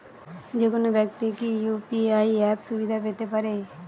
যেকোনো ব্যাক্তি কি ইউ.পি.আই অ্যাপ সুবিধা পেতে পারে?